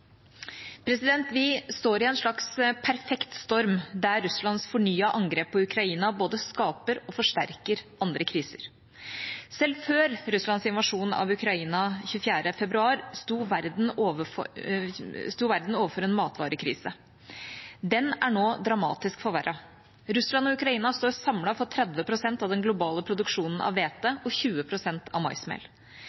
Vi står i en slags perfekt storm, der Russlands fornyede angrep på Ukraina både skaper og forsterker andre kriser. Selv før Russlands invasjon av Ukraina 24. februar sto verden overfor en matvarekrise. Den er nå dramatisk forverret. Russland og Ukraina står samlet for 30 pst. av den globale produksjonen av